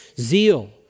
zeal